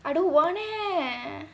I don't want eh